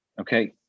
Okay